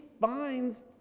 finds